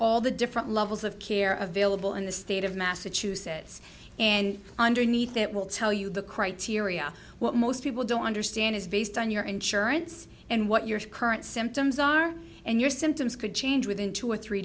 all the different levels of care available in the state of massachusetts and underneath that will tell you the criteria what most people don't understand is based on your insurance and what your current symptoms are and your symptoms could change within two or three